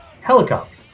helicopter